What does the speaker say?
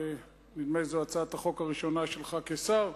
נדמה לי שזאת הצעת החוק הראשונה שלך כשר,